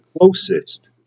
closest